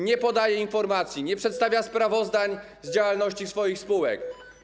Nie podaje informacji, nie przedstawia sprawozdań z działalności swoich spółek.